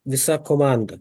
visa komanda